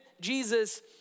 Jesus